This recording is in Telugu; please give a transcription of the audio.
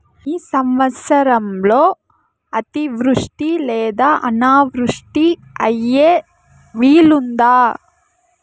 ఈ సంవత్సరంలో అతివృష్టి లేదా అనావృష్టి అయ్యే వీలుందా?